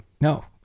No